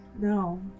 No